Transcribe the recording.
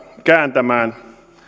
kääntämään